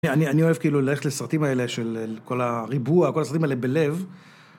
אני אוהב כאילו ללכת לסרטים האלה של כל הריבוע, כל הסרטים האלה בלב.